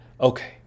Okay